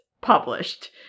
published